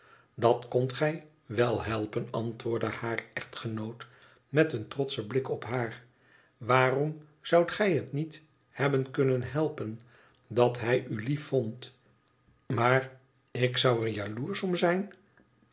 dat kondt gij wèl helpen antwoordde haar echtgenoot met een trotschen blik op haar waarom zoudt gij het niet hebben kunnen helpen dat hij u lief vond maar ik zou er jaloersch om zijn